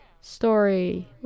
Story